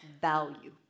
value